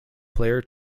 player